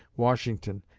washington,